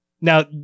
Now